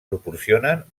proporcionen